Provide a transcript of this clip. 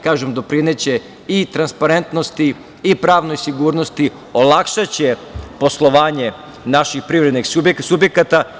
Kažem, doprineće i transparentnosti i pravnoj sigurnosti, olakšaće poslovanje naših privrednih subjekata.